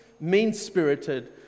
mean-spirited